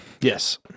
Yes